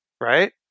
right